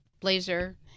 blazer